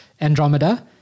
Andromeda